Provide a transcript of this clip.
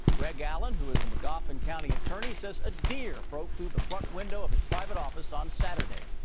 greg allen. who is the magoffin county attorney. says a deer broke through the front window of his private office on saturday.